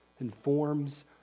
informs